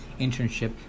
internship